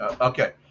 okay